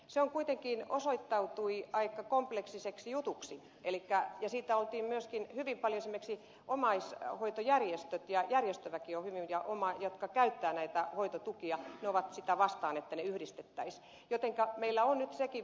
se kuitenkin osoittautui aika kompleksiseksi jutuksi ja sitä vastaan oltiin myöskin hyvin paljon esimerkiksi omaishoitojärjestöissä järjestöväki ja ne jotka käyttävät näitä hoitotukia ovat sitä vastaan että ne yhdistettäisiin